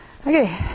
Okay